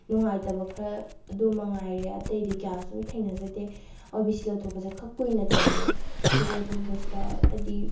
ꯅꯨꯡꯉꯥꯏꯇꯕ ꯈꯔ ꯑꯗꯨ ꯃꯉꯥꯏꯔꯦ ꯑꯇꯩꯗꯤ ꯀꯌꯥ ꯁꯨꯝ ꯊꯦꯡꯅꯖꯗꯦ ꯑꯣ ꯕꯤ ꯁꯤ ꯂꯧꯊꯣꯛꯄꯁꯦ ꯈꯔ ꯀꯨꯏꯅ ꯆꯪꯉꯦ ꯁꯤ ꯂꯧꯊꯣꯛꯄꯁꯤꯗ ꯍꯥꯏꯗꯤ